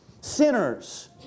Sinners